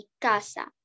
casa